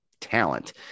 talent